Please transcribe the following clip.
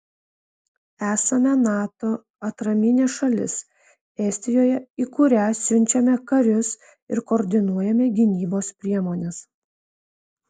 esame nato atraminė šalis estijoje į kurią siunčiame karius ir koordinuojame gynybos priemones